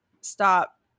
stop